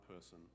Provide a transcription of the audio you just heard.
person